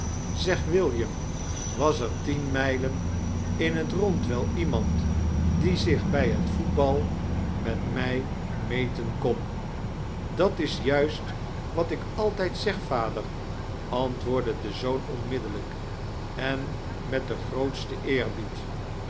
zeg william was er tien mijlen in het rond wel iemand die zich bij het football met mij metea kon dat is juist wat ik altijd zeg vader antwoordde de zoom onmididellijk en met den grooteten eerbied